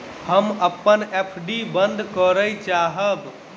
हम अपन एफ.डी बंद करय चाहब